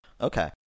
Okay